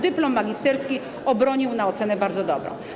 Dyplom magisterski obronił na ocenę bardzo dobrą.